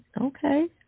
Okay